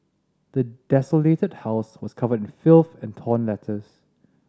the desolated house was covered in filth and torn letters